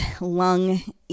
lung